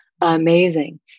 amazing